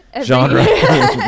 genre